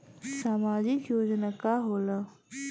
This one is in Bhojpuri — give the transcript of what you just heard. सामाजिक योजना का होला?